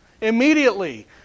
Immediately